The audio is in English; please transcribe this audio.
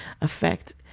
affect